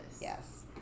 Yes